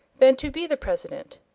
than to be the president.